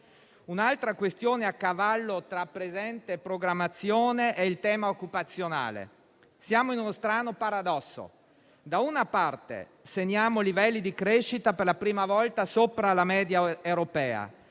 Un'altra questione a cavallo tra presente e programmazione è il tema occupazionale. Siamo in uno strano paradosso: da una parte, segniamo livelli di crescita per la prima volta sopra la media europea;